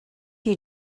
you